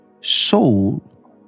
soul